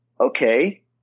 okay